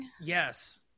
Yes